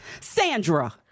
Sandra